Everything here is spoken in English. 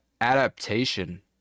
adaptation